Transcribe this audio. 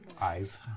eyes